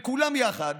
וכולם יחד